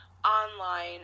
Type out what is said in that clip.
online